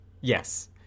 Yes